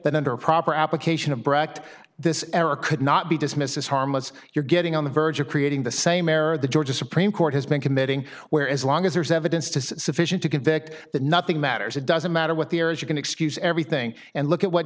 that under proper application of brecht this error could not be dismissed as harmless you're getting on the verge of creating the same error the georgia supreme court has been committing where as long as there is evidence to sufficient to convict that nothing matters it doesn't matter what the air is you can excuse everything and look at what